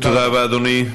תודה רבה, אדוני.